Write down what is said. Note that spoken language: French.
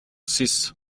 six